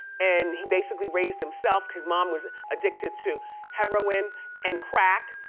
and he basically raised himself cause mom was addicted to heroin and crack,